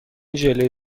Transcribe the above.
ژله